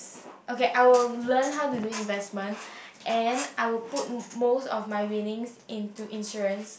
okay I will learn how to do investment and I will put most of my winnings into insurance